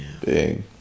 Big